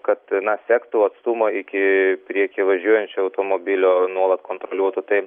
kad na siektų atstumą iki priekyje važiuojančio automobilio nuolat kontroliuotų taip